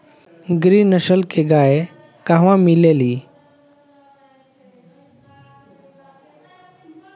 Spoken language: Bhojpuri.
गिरी नस्ल के गाय कहवा मिले लि?